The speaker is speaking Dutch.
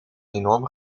enorm